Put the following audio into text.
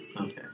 Okay